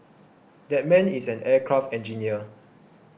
that man is an aircraft engineer